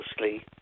mostly